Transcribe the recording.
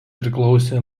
priklausė